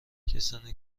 کسایی